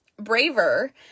braver